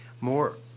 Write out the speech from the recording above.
more